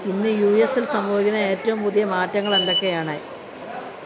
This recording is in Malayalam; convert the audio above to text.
ഇന്ന് യു എസിൽ സംഭവിക്കുന്ന ഏറ്റവും പുതിയ മാറ്റങ്ങൾ എന്തൊക്കെയാണ്